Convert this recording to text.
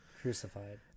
crucified